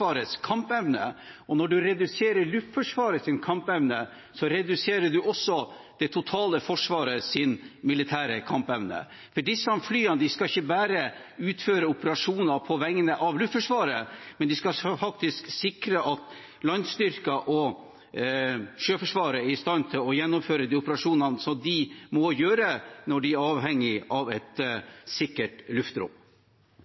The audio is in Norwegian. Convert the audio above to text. kampevne, og når man reduserer Luftforsvarets kampevne, reduserer man også det totale forsvarets militære kampevne. Disse flyene skal ikke bare utføre operasjoner på vegne av Luftforsvaret, men de skal faktisk sikre at landstyrker og Sjøforsvaret er i stand til å gjennomføre de operasjoner som de må gjøre, når de er avhengig av et